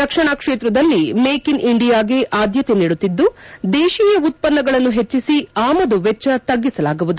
ರಕ್ಷಣಾ ಕ್ಷೇತ್ರದಲ್ಲಿ ಮೇಕ್ಇನ್ ಇಂಡಿಯಾಗೆ ಆದ್ಯಕೆ ನೀಡುತ್ತಿದ್ದು ದೇಶೀಯ ಉತ್ಪನ್ನಗಳನ್ನು ಪೆಚ್ಚಿಸಿ ಆಮದು ವೆಚ್ಚ ತ್ಗಿಸಲಾಗುವುದು